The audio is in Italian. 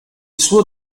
suo